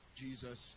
Jesus